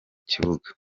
kibuga